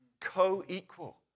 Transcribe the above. Co-equal